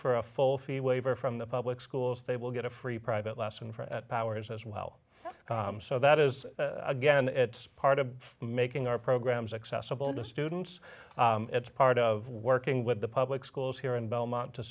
for a full fee waiver from the public schools they will get a free private lesson for powers as well so that is again it's part of making our programs accessible to students it's part of working with the public schools here in bel